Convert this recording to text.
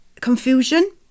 confusion